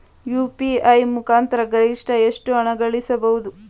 UPI ಮುಖಾಂತರ ಗರಿಷ್ಠ ಎಷ್ಟು ಹಣ ಕಳಿಸಬಹುದು?